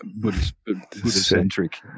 Buddhist-centric